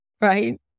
right